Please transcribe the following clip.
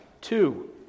Two